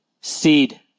Seed